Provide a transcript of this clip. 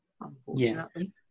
unfortunately